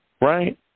right